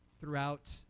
throughout